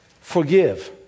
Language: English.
forgive